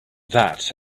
that